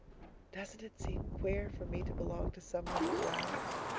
doesn't it seem queer for me to belong to someone at last?